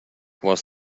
was